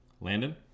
Landon